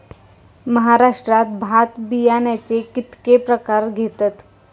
महाराष्ट्रात भात बियाण्याचे कीतके प्रकार घेतत?